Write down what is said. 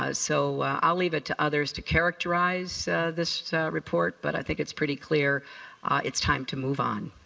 ah so i leave it to others to characterize this report, but i think it's pretty clear it's time to move on.